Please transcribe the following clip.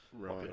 Right